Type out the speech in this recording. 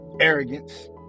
arrogance